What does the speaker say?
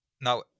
Now